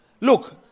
Look